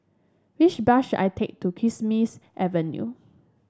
which bus should I take to Kismis Avenue